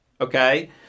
okay